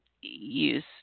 use